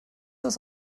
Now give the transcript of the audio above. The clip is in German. das